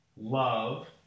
love